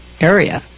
area